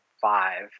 Five